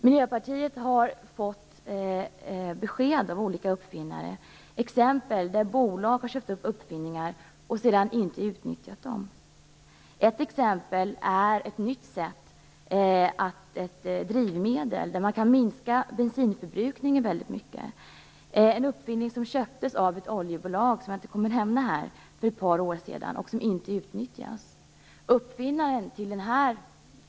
Miljöpartiet har av olika uppfinnare fått besked om att bolag har köpt upp uppfinningar och sedan inte utnyttjat dem. Ett exempel är ett drivmedel som kan innebära att bensinförbrukningen minskas väldigt mycket. Uppfinningen köptes av ett oljebolag - som jag inte kommer att nämna här - för ett par år sedan och utnyttjas inte.